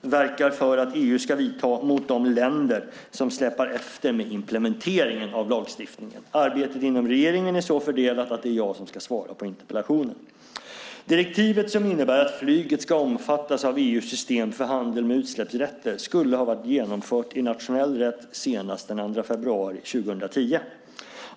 verkar för att EU ska vidta mot de länder som släpar efter med implementeringen av lagstiftningen. Arbetet inom regeringen är så fördelat att det är jag som ska svara på interpellationen. Direktivet som innebär att flyget ska omfattas av EU:s system för handel med utsläppsrätter skulle ha varit genomfört i nationell rätt senast den 2 februari 2010.